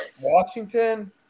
Washington